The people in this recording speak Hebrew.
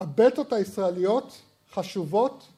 ‫הבלטות הישראליות חשובות